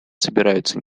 собираются